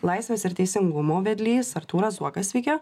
laisvės ir teisingumo vedlys artūras zuokas sveiki